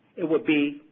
it would be